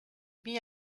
mis